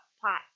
Plot